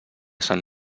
sant